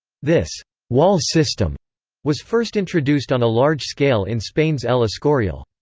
this wall system was first introduced on a large scale in spain's el escorial.